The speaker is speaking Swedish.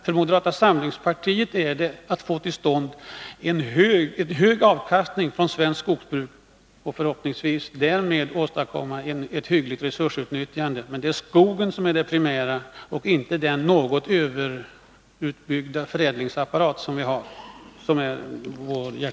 För moderata samlingspartiet är det primära att få hög avkastning av svenskt skogsbruk för att därmed förhoppningsvis åstadkomma ett hyggligt resursutnyttjande. Men det är Nr 107 skogen som är det primära, som är vår hjärtesak — inte den något Torsdagen den överutbyggda förädlingsapparat som vi har.